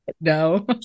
No